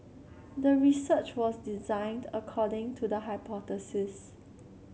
the research was designed according to the hypothesis